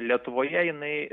lietuvoje jinai